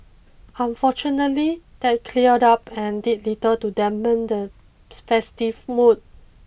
unfortunately that cleared up and did little to dampen the festive mood